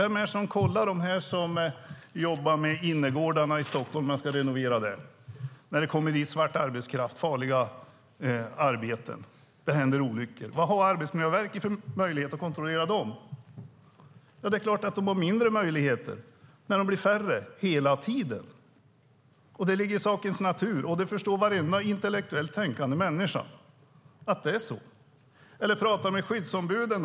Vem är det som kollar dem som jobbar med innergårdarna i Stockholm när de ska renoveras? Det kommer dit svart arbetskraft, och det är farliga arbeten. Det händer olyckor. Vad har Arbetsmiljöverket för möjlighet att kontrollera dem? Det är klart att de har mindre möjligheter när de hela tiden blir färre. Det ligger i sakens natur. Varenda intellektuellt tänkande människa förstår att det är så. Prata med skyddsombuden!